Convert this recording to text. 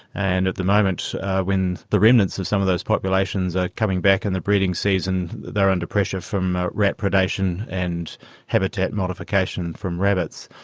and at the moment when the remnants of some of those populations are coming back in and the breeding season they are under pressure from rat predation and habitat modification from rabbits.